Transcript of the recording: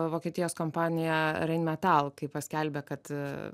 vokietijos kompanija rein metal kai paskelbė kad